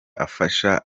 afasha